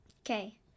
Okay